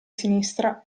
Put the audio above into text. sinistra